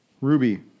Ruby